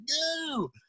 No